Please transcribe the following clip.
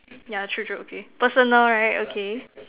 yeah true true okay personal right okay